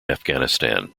afghanistan